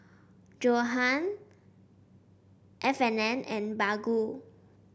Johan F and N and Baggu